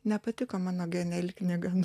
nepatiko mano geniali knyga nu